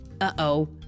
Uh-oh